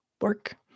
work